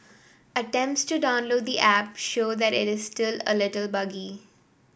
attempts to download the app show that it is still a little buggy